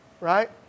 right